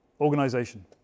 organization